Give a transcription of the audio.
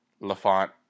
LaFont